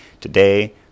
Today